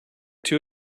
too